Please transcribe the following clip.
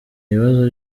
ibibazo